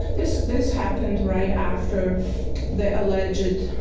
this this happened right after the alleged